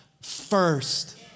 first